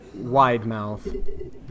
Widemouth